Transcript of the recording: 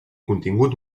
contingut